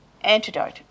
antidote